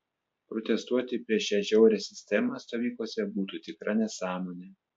protestuoti prieš šią žiaurią sistemą stovyklose būtų tikra nesąmonė